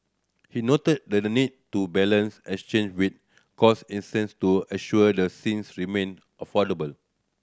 he noted that the need to balance with cost to ensure the things remain affordable